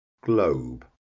globe